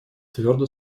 твердо